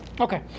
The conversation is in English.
Okay